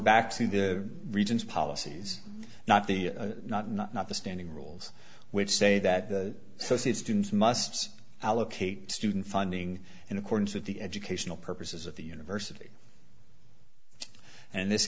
back to the regions policies not the not not not the standing rules which say that the so says students must allocate student funding in accordance with the educational purposes of the university and this